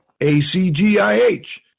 ACGIH